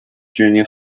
junior